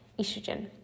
estrogen